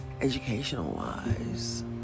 educational-wise